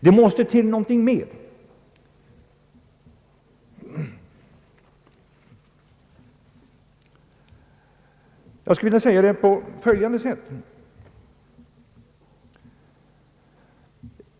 Det måste till någonting mer, och jag skulle vilja säga det på följande sätt.